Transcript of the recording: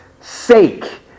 sake